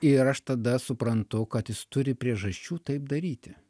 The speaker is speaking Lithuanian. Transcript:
ir aš tada suprantu kad jis turi priežasčių taip daryti